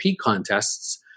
contests